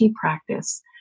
practice